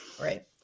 right